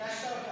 התשת אותנו.